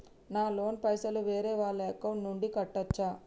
నా లోన్ పైసలు వేరే వాళ్ల అకౌంట్ నుండి కట్టచ్చా?